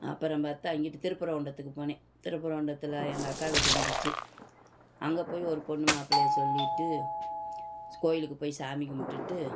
அப்புறம் பார்த்தா இங்குட்டு திருப்பரங்குன்றத்துக்கு போனேன் திருப்பரக்குன்றத்தில் எங்கள் அக்கா வீடு இருந்துச்சு அங்கே போய் ஒரு பொண்ணு மாப்பிளையை சொல்லிட்டு கோயிலுக்கு போய் சாமி கும்பிட்டுட்டு